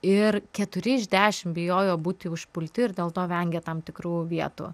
ir keturi iš dešim bijojo būti užpulti ir dėl to vengė tam tikrų vietų